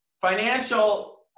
financial